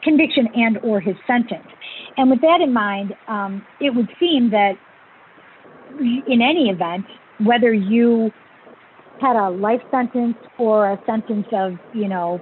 conviction and or his sentence and with that in mind it would seem that in any event whether you had a life sentence or a sentence of you know